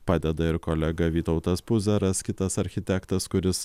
padeda ir kolega vytautas puzaras kitas architektas kuris